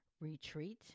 retreat